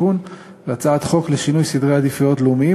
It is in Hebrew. מוועדת העבודה,